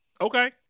Okay